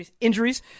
injuries